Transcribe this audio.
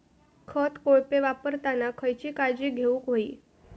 खत कोळपे वापरताना खयची काळजी घेऊक व्हयी?